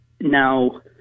Now